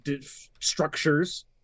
structures